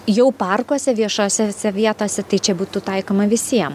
jau parkuose viešosese vietose tai čia būtų taikoma visiem